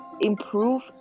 improve